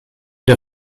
der